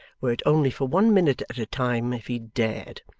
were it only for one minute at a time, if he dared.